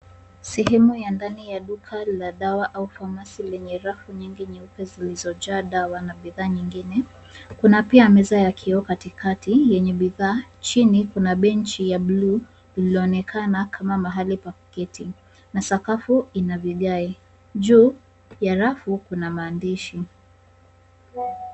Sehemu ya ndani ya duka la dawa au pharmacy lenye rafu nyingi nyeupe zilizojaa dawa na bidhaa nyingine. Kuna pia meza ya kioo katikati yenye bidhaa. Chini kuna benchi ya buluu lililoonekana kama mahali pa kuketi na sakafu ina vigae. Juu ya rafu kuna maandishi.